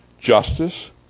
justice